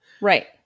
Right